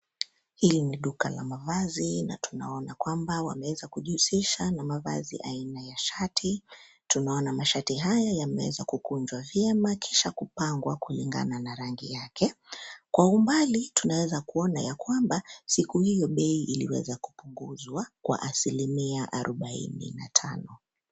Hili ni duka la mavazi na tunaona kwamba wameweza kujihusisha na mavazi aina ya shati. Tunaona masharti haya yameweza kukunjwa vyema kisha kupangwa kulingana na rangi yake. Kwa umbali tunaweza kuona ya kwamba siku hiyo bei iliweza kupunguzwa kwa asilimia arubaini na tano.